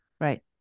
Right